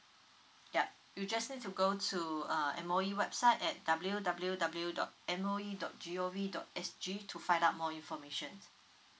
yeah you just need to go to err M_O_E website at w w w dot m o e dot g o v dot s g to find out more information